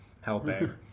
helping